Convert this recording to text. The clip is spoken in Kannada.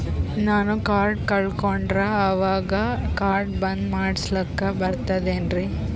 ನಾನು ಕಾರ್ಡ್ ಕಳಕೊಂಡರ ಅವಾಗ ಕಾರ್ಡ್ ಬಂದ್ ಮಾಡಸ್ಲಾಕ ಬರ್ತದೇನ್ರಿ?